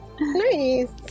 nice